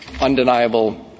undeniable